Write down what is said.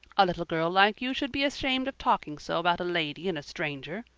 a little girl like you should be ashamed of talking so about a lady and a stranger,